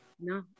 No